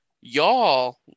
Y'all